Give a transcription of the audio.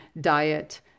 diet